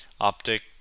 optic